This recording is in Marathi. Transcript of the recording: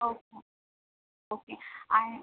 ओके ओके आणि